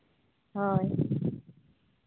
ᱦᱳᱭ